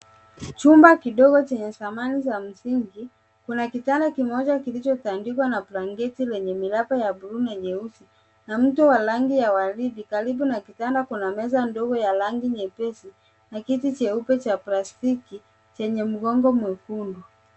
Chumba kidogo chenye samani za msingi. Kuna kitanda kimoja kilichotandikwa na blanketi lenye miraba ya bluu na nyeusi na mto wa rangi ya waridi. Karibu na kitanda kuna meza ndogo ya rangi nyepesi na kiti cheupe cha plastiki chenye mgongo mwekundu.